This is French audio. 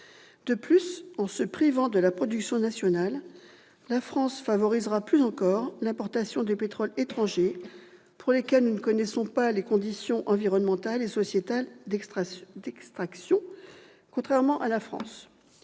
De plus, en se privant de la production nationale, la France favorisera plus encore l'importation de pétrole étranger pour lequel nous ne connaissons pas les conditions environnementales et sociétales d'extraction. En France,